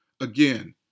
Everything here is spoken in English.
Again